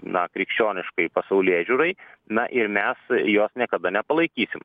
na krikščioniškai pasaulėžiūrai na ir mes jos niekada nepalaikysim